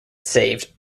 saved